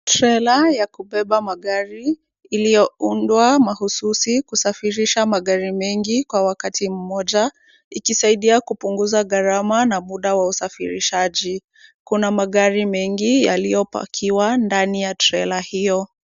Trela ya kubeba magari iliyoundwa mahususi kusafirisha magari mengi kwa wakati mmoja, ikisaidia kupunguza gharama na muda wa usafirishaji, kuna magari mengi yaliyopakiwa ndani ya trela hiyo.